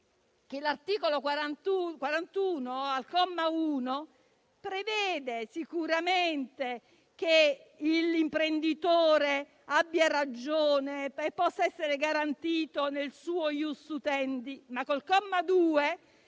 l'articolo 41, al comma 1, prevede sicuramente che l'imprenditore abbia ragione e possa essere garantito nel suo *ius utendi*, ma al comma 2,